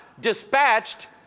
dispatched